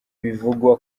bivugwa